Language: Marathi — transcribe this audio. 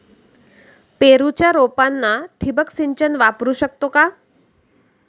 पेरूच्या रोपांना ठिबक सिंचन वापरू शकतो का?